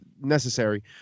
necessary